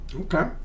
Okay